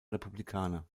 republikaner